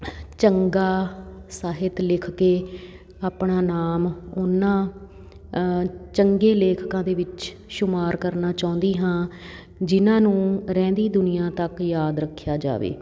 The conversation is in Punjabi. ਚੰਗਾ ਸਾਹਿਤ ਲਿਖ ਕੇ ਆਪਣਾ ਨਾਮ ਉਹਨਾਂ ਚੰਗੇ ਲੇਖਕਾਂ ਦੇ ਵਿੱਚ ਛੂਮਾਰ ਕਰਨਾ ਚਾਹੁੰਦੀ ਹਾਂ ਜਿਨ੍ਹਾਂ ਨੂੰ ਰਹਿੰਦੀ ਦੁਨੀਆ ਤੱਕ ਯਾਦ ਰੱਖਿਆ ਜਾਵੇ